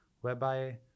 whereby